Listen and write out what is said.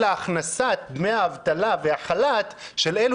אלא הכנסת דמי האבטלה והחל"ת של אלה